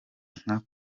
nka